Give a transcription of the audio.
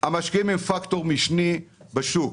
המשקיעים הם פקטור משני בשוק.